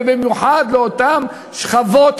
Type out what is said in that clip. ובמיוחד לשכבות החלשות,